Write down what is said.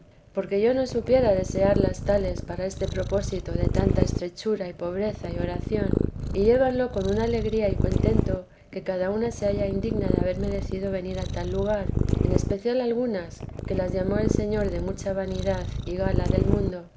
porque yo no supiera desearlas tales para este propósito de tanta estrechura y pobreza y oración y llévanlo con una alegría y contento que cada una se halla por indigna de haber merecido venir a tal lugar en especial algunas que las llamó el señor de mucha vanidad y gala del mundo